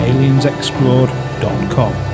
AliensExplored.com